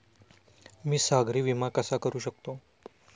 मी सागरी विमा कसा करू शकतो?